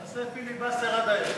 תעשה פיליבסטר עד הערב.